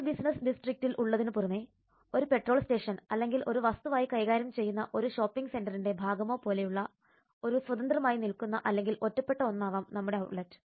ഒരു ബിസിനസ് ഡിസ്ട്രിക്റ്റിൽ ഉള്ളതിനു പുറമേ ഒരു പെട്രോൾ സ്റ്റേഷൻ അല്ലെങ്കിൽ ഒരു വസ്തുവായി കൈകാര്യം ചെയ്യുന്ന ഒരു ഷോപ്പിംഗ് സെന്ററിന്റെ ഭാഗമോ പോലെയുള്ള ഒരു സ്വതന്ത്രമായി നിൽക്കുന്ന അല്ലെങ്കിൽ ഒറ്റപ്പെട്ട ഒന്നാവാം നമ്മുടെ ഔട്ട്ലെറ്റ്